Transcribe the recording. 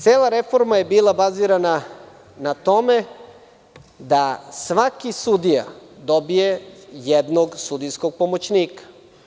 Cela reforma je bila bazirana na tome da svaki sudija dobije jednog sudijskog pomoćnika.